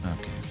Okay